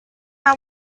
our